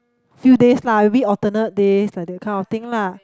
few days lah maybe alternate days like that kind of thing lah